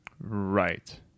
Right